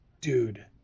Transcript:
dude